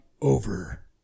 over